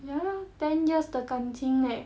ya lor ten years 的感情 leh